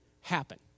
happen